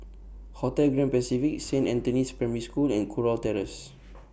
Hotel Grand Pacific Saint Anthony's Primary School and Kurau Terrace